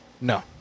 No